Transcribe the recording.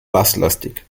basslastig